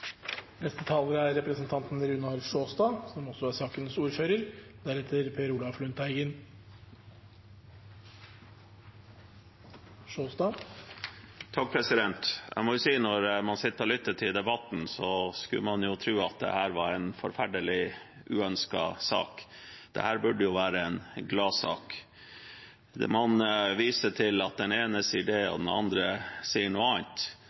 Jeg må si at når man sitter og lytter til debatten, skulle man tro at dette er en forferdelig, uønsket sak. Dette burde jo være en gladsak. Man viser til at den ene sier det, og den andre sier noe annet,